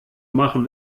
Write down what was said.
machen